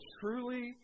truly